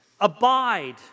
abide